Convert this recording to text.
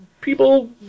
people